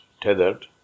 tethered